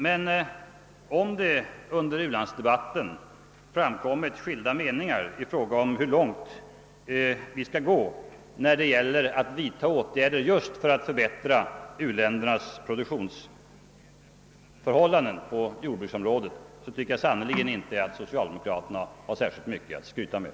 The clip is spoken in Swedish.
Men om det under u-landsdebatten framkommit skilda meningar om hur långt vi skall gå för att vidta åtgärder för att förbättra u-ländernas produktionsförmåga på jordbrukets område, så tycker Jag sannerligen inte att socialdemokraterna har särskilt mycket att skryta med.